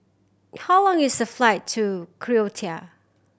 how long is the flight to Croatia